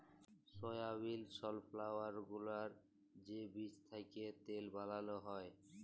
সয়াবিল, safflower গুলার যে বীজ থ্যাকে তেল বালাল হ্যয়